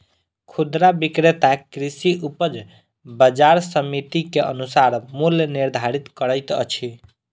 खुदरा विक्रेता कृषि उपज बजार समिति के अनुसार मूल्य निर्धारित करैत अछि